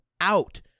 out